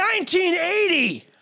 1980